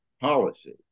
policy